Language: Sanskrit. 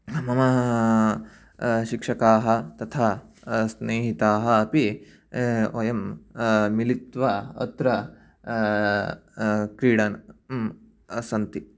ममा शिक्षकाः तथा स्नेहिताः अपि वयं मिलित्वा अत्र क्रीडन्तः सन्ति